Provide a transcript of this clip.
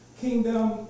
Kingdom